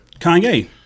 Kanye